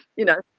you know,